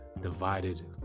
divided